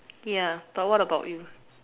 yeah but what about you